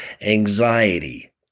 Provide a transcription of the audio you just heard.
anxiety